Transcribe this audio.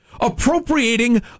appropriating